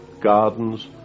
gardens